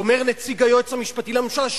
כשאומר נציג היועץ המשפטי לממשלה,